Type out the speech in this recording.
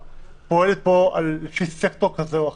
פועלת כאן לפי סקטור כזה או אחר.